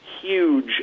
huge